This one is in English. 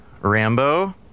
Rambo